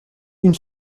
une